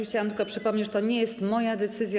Chciałabym przypomnieć, że to nie jest moja decyzja.